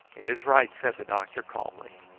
it is right, said the doctor calmly.